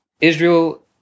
Israel